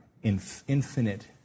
infinite